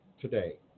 today